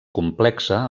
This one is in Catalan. complexa